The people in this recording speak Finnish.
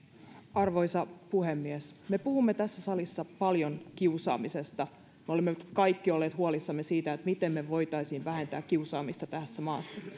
arvoisa puhemies me puhumme tässä salissa paljon kiusaamisesta me olemme kaikki olleet huolissamme siitä miten me voisimme vähentää kiusaamista tässä maassa